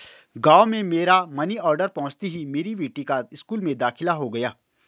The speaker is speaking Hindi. गांव में मेरा मनी ऑर्डर पहुंचते ही मेरी बेटी का स्कूल में दाखिला हो गया